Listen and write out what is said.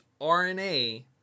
RNA